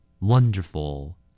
Wonderful